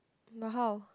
but how